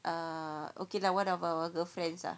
err okay lah one of our girlfriends lah